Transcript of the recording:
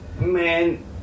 man